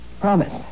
promise